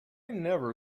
never